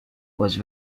was